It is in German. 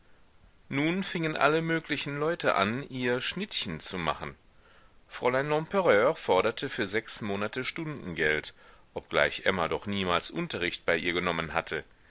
nun fingen alle möglichen leute an ihr schnittchen zu machen fräulein lempereur forderte für sechs monate stundengeld obgleich emma doch niemals unterricht bei ihr genommen hatte